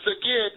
again